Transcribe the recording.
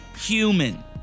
human